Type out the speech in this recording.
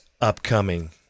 upcoming